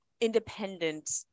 independent